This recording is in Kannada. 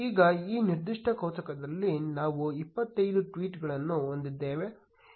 ಈಗ ಈ ನಿರ್ದಿಷ್ಟ ಕೋಷ್ಟಕದಲ್ಲಿ ನಾವು 25 ಟ್ವೀಟ್ಗಳನ್ನು ಹೊಂದಿದ್ದೇವೆ